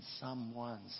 someone's